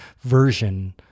version